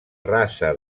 rasa